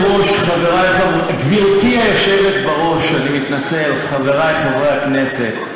גברתי היושבת בראש, חברי חברי הכנסת,